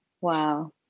Wow